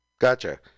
gotcha